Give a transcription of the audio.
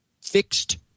fixed